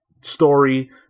story